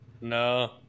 no